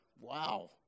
wow